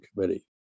committee